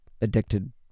addicted